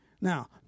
Now